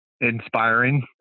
inspiring